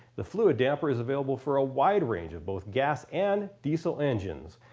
the fluid damper is available for a wide range of both gas and diesel engines.